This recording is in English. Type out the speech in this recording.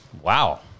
Wow